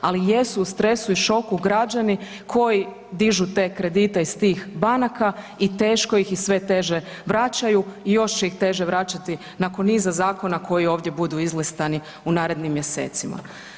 Ali jesu u stresu i šoku građani koji dižu te kredite iz tih banaka i teško ih i sve teže vraćaju i još će ih teže vraćati nakon niza zakona koji ovdje budu izlistani u narednim mjesecima.